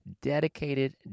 dedicated